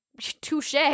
touche